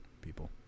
people